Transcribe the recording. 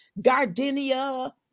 gardenia